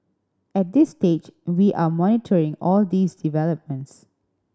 at this stage we are monitoring all these developments